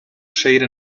shade